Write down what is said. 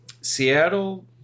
Seattle